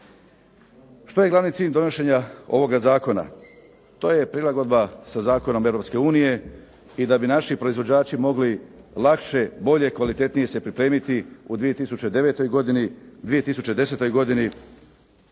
Što je glavni cilj donošenja ovoga zakona? To je prilagodba sa zakonom Europske unije i da bi naši proizvođači mogli lakše, bolje, kvalitetnije se pripremiti u 2009. godini, 2010. godini,